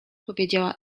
powiedziała